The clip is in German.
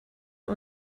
der